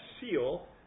seal